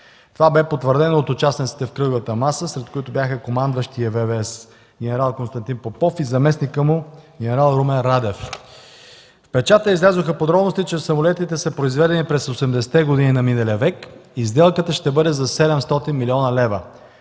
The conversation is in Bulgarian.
Това бе потвърдено от участниците в кръглата маса, сред които бяха командващия ВВС – ген. Константин Попов и заместникът му ген. Румен Радев. В печата излязоха подробности, че самолетите са произведени през 80-те години на миналия век и сделката ще бъде за 700 млн. лв.